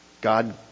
God